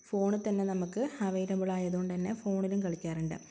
ഫോണില്ത്തന്നെ നമുക്ക് അവൈലബിളായത് കൊണ്ടുതന്നെ ഫോണിലും കളിക്കാറുണ്ട്